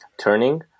turning